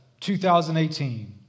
2018